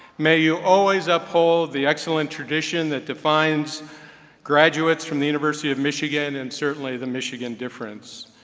may you always uphold the excellent tradition that defines graduates from the university of michigan, and certainly the michigan difference.